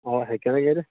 اَوا ہیٚکن ہے گٔرِتھ